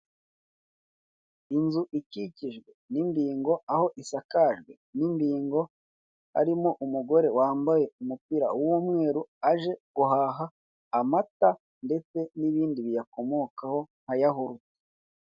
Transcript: Inzu ikikijwe n'imbingo aho isakajwe n'imbingo harimo umugore wambaye umupira w'umweru, aje guhaha amata ndetse n'ibindi biyakomokaho nka yahurute.